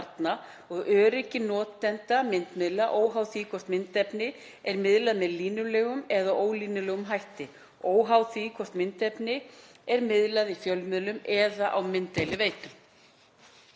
og öryggi notenda myndmiðla óháð því hvort myndefni er miðlað með línulegum eða ólíklegum hætti og óháð því hvort myndefni er miðlað í fjölmiðlum eða á mynddeiliveitum.